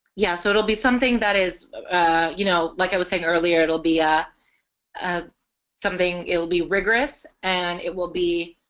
yeah so it'll be something that is you know like i was saying earlier it'll be a ah something it will be rigorous and it will be